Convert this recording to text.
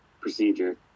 procedure